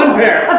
pair! a